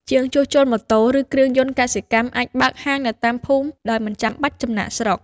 ជាងជួសជុលម៉ូតូ ឬគ្រឿងយន្តកសិកម្ម អាចបើកហាងនៅតាមភូមិដោយមិនបាច់ចំណាកស្រុក។